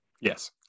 Yes